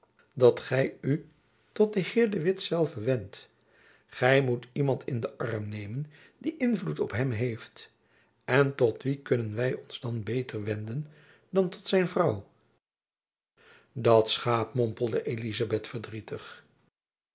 dat gy u tot den heer de witt zelven wendt gy moet iemand in den arm nemen die invloed op hem heeft en tot wie kunnen wy ons dan beter wenden dan tot zijn vrouw dat schaap mompelde elizabeth verdrietig